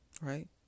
Right